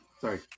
Sorry